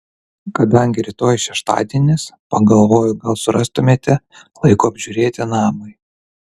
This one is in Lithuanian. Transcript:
kadangi rytoj šeštadienis pagalvojau gal surastumėte laiko apžiūrėti namui